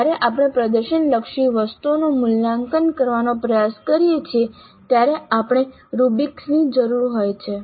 જ્યારે આપણે પ્રદર્શન લક્ષી વસ્તુઓનું મૂલ્યાંકન કરવાનો પ્રયાસ કરીએ છીએ ત્યારે આપણને રુબ્રિક્સની જરૂર હોય છે